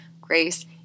grace